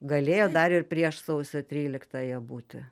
galėjo dar ir prieš sausio tryliktąją būti